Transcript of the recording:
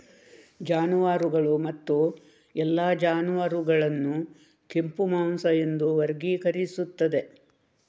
ಜಾನುವಾರುಗಳು ಮತ್ತು ಎಲ್ಲಾ ಜಾನುವಾರುಗಳನ್ನು ಕೆಂಪು ಮಾಂಸ ಎಂದು ವರ್ಗೀಕರಿಸುತ್ತದೆ